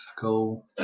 go